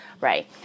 right